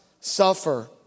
suffer